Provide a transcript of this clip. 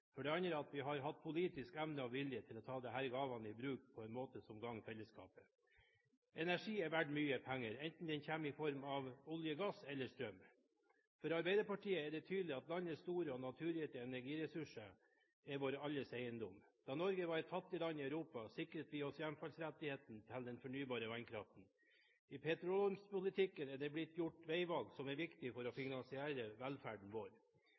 for det andre at vi har hatt politisk evne og vilje til å ta disse gavene i bruk på en måte som gagner fellesskapet. Energi er verdt mye penger, enten den kommer i form av olje og gass eller strøm. For Arbeiderpartiet er det tydelig at landets store og naturgitte energiressurser er vår alles eiendom. Da Norge var et fattig land i Europa, sikret vi oss hjemfallsrettigheten til den fornybare vannkraften. I petroleumspolitikken er det blitt gjort veivalg som er viktig for å finansiere velferden vår.